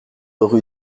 rue